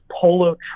polo